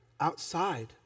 outside